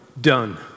done